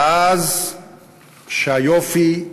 ואז כשהיופי,